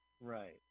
Right